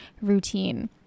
routine